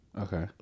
Okay